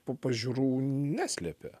pažiūrų neslepia